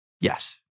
Yes